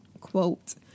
quote